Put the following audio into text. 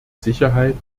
sicherheit